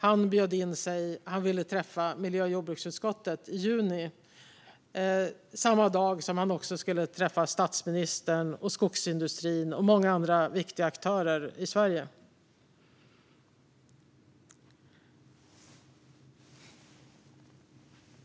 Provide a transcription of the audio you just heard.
Han bjöd in sig själv och ville träffa miljö och jordbruksutskottet i juni, samma dag som han också skulle träffa statsministern, skogsindustrin och många andra viktiga aktörer i Sverige.